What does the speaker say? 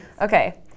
Okay